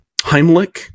Heimlich